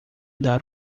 dar